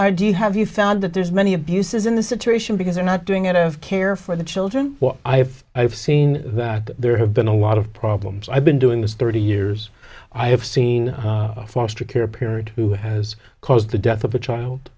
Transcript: are do you have you found that there's many abuses in the situation because they're not doing it out of care for the children what i have i've seen that there have been a lot of problems i've been doing this thirty years i have seen foster care period who has caused the death of a child